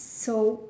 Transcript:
so